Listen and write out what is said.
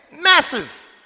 Massive